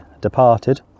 departed